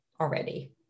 already